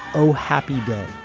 oh happy day